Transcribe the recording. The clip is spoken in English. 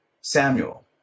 Samuel